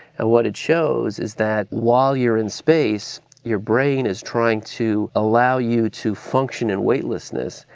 and what it shows is that while you're in space, your brain is trying to allow you to function in weightlessness.